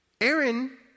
Aaron